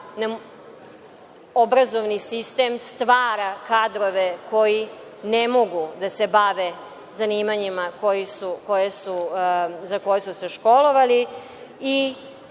obrazovni sistem stvara kadrove koji ne mogu da se bave zanimanjima za koje su se školovali